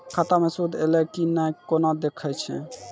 खाता मे सूद एलय की ने कोना देखय छै?